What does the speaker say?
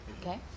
okay